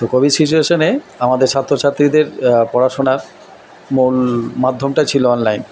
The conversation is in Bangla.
তো কোভিড সিচুয়েশানে আমাদের ছাত্র ছাত্রীদের পড়াশোনার মূল মাধ্যমটা ছিলো অনলাইন